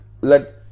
let